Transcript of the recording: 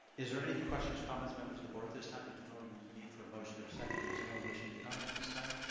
is there any questions, comments, members of the board at this time? there's no need for a motion or a second but anyone wishing to comment at this time?